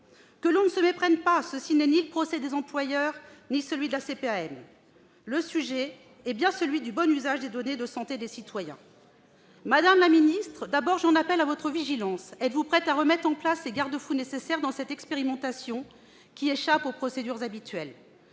Que l'on ne se méprenne pas : je n'entends faire ni le procès des employeurs ni celui de la CPAM. Le sujet est bien celui du bon usage des données de santé des citoyens. Madame la ministre, avant tout, j'en appelle à votre vigilance : êtes-vous prête à remettre en place les garde-fous nécessaires dans cette expérimentation qui échappe aux procédures habituelles ?